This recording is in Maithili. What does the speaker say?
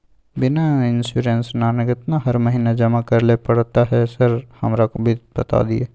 बीमा इन्सुरेंस ना केतना हर महीना जमा करैले पड़ता है सर हमरा बता दिय?